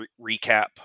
recap